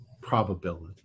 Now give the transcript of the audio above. probability